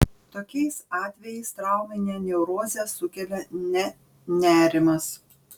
tokiais atvejais trauminę neurozę sukelia ne nerimas